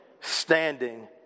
standing